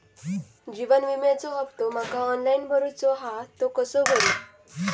जीवन विम्याचो हफ्तो माका ऑनलाइन भरूचो हा तो कसो भरू?